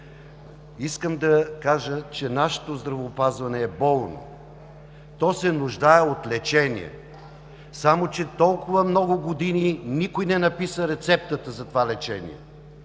Искам да кажа, че нашето здравеопазване е болно. То се нуждае от лечение, само че толкова много години никой не написа рецептата за това лечение.